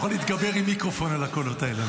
אני לא יכול להתגבר עם מיקרופון על הקולות האלה.